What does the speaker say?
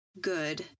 good